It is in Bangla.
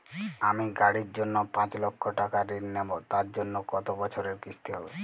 আমি গাড়ির জন্য পাঁচ লক্ষ টাকা ঋণ নেবো তার জন্য কতো বছরের কিস্তি হবে?